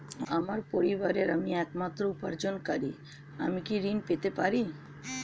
আমার পরিবারের আমি একমাত্র উপার্জনকারী আমি কি ঋণ পেতে পারি?